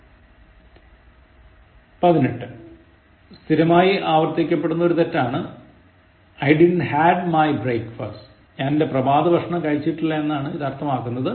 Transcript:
18 സ്ഥിരമായി ആവർത്തിക്കപ്പെടുന്ന ഒരു തെറ്റാണ് I didn't had my breakfast ഞാൻ എന്റെ പ്രഭാത ഭക്ഷണം കഴിച്ചില്ല എന്നാണ് ഇത് അർത്ഥമാക്കുന്നത്